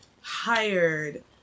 hired